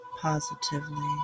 positively